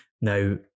Now